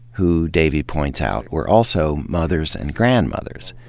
who, davy points out, were also mothers and grandmothers.